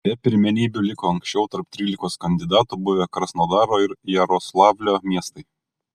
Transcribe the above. be pirmenybių liko anksčiau tarp trylikos kandidatų buvę krasnodaro ir jaroslavlio miestai